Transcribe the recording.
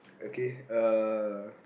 okay uh